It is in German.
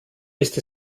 ist